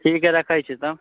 ठीक हइ रखै छी तब